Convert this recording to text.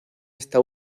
esta